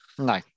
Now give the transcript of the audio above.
No